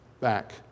back